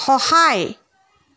সহায়